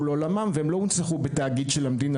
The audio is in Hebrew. לעולמם והם לא הונצחו בתאגיד של המדינה.